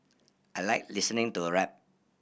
I like listening to rap